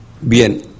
bien